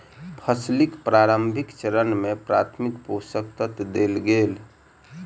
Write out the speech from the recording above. फसीलक प्रारंभिक चरण में प्राथमिक पोषक तत्व देल गेल